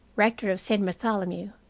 rector of saint bartholomew,